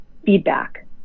feedback